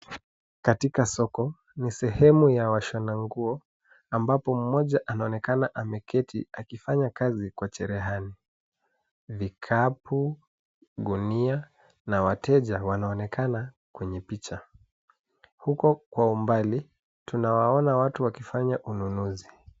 Katika soko ni sehemu ya washona nguo ambapo mmoja anaonekana ameketi akifanya kazi kwa cherehani. Vikapu, gunia na wateja wanaonekana kwenye picha. Huko kwa umbali tunawaona watu wakifanya ununuzi.